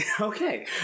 Okay